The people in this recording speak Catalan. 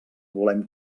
volem